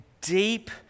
deep